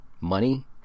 Money